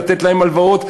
לתת להם הלוואות,